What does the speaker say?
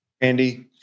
Andy